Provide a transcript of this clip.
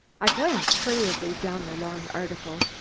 i glanced hurriedly down the long article.